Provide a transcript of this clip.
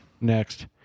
Next